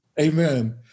Amen